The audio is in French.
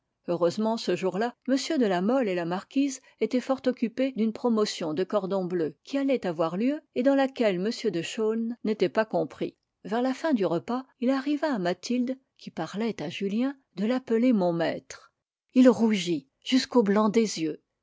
heureusement ce jour-là m de la mole et la marquise étaient fort occupés d'une promotion de cordons bleus qui allait avoir lieu et dans laquelle m de chaulnes n'était pas compris vers la fin du repas il arriva à mathilde qui parlait à julien de l'appeler mon maître il rougit jusqu'au blanc des yeux